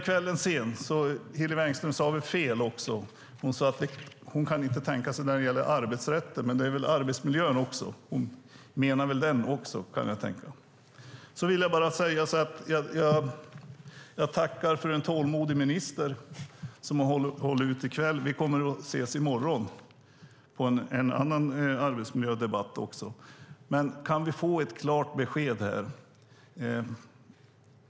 Kvällen är sen, så Hillevi Engström sade väl fel. Hon sade att hon inte kan tänka sig det när det gäller arbetsrätten, men det är väl arbetsmiljön hon menar. Jag tackar en tålmodig minister som har hållit ut i kväll. Vi kommer att ses i morgon i en annan arbetsmiljödebatt. Kan vi få ett klart besked?